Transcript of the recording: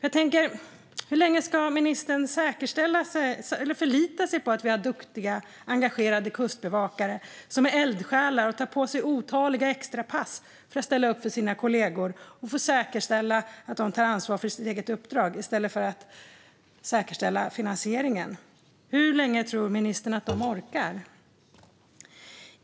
Hur länge ska ministern, i stället för att säkerställa finansieringen, förlita sig på att vi har duktiga och engagerade kustbevakare som är eldsjälar och tar på sig otaliga extrapass för att ställa upp för sina kollegor och ta ansvar för sitt uppdrag? Hur länge tror ministern att de orkar?